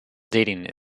dating